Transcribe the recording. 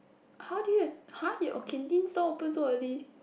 how do you have !huh! your canteen stall open so early